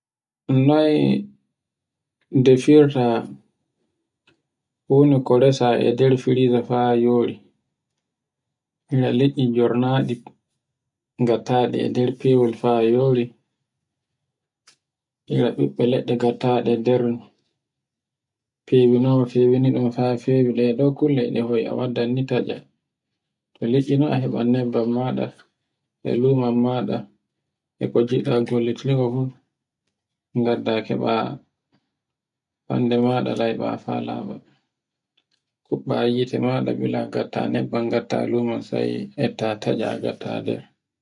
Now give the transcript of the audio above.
Noy ndefirta woni ko ndesa e nder firaza faa yori, ira liɗɗi jornaɗi, ngattaɗe e nder fewol ha e yori ira ɓiɓɓe leɗɗe ngatta ɗe nder fewino, fewunin fa fewi ɗe ɗe kulle ɗe a waddanni tacca, to liɗɗi no e haɓan nebban maɗa e luman maɗa, e kon giɗa gollitirga fu, ngadda keɓa hannde maɗa layɗa fa laɓa. kuɓɓa hite maɗa bila ngatta nebban maɗa ngatta lobban sai etta tacce sai ngatta nder.